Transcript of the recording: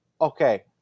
okay